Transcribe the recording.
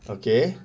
okay